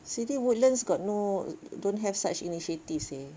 sini Woodlands got no don't have such initiatives seh